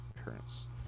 appearance